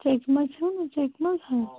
چیٚکہِ منٛز چھُو نا چیٚکہِ مَنٛز